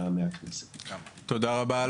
תודה רבה.